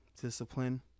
discipline